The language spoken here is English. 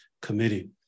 Committee